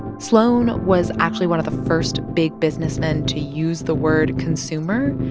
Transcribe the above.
sloan was, actually, one of the first big businessmen to use the word consumer.